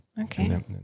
Okay